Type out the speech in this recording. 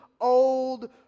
old